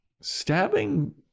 stabbing